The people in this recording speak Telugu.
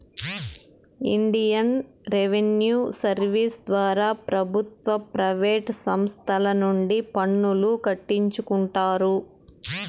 ఇండియన్ రెవిన్యూ సర్వీస్ ద్వారా ప్రభుత్వ ప్రైవేటు సంస్తల నుండి పన్నులు కట్టించుకుంటారు